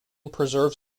preserves